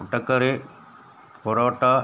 മുട്ടക്കറി പൊറോട്ട